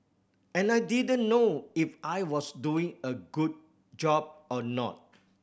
and I didn't know if I was doing a good job or not